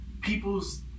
people's